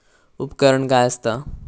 उपकरण काय असता?